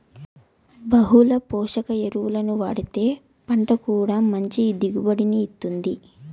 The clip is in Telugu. బహుళ పోషక ఎరువులు వాడితే పంట కూడా మంచి దిగుబడిని ఇత్తుంది